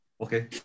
okay